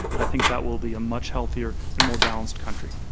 and i think that will be a much healthier and more balanced country.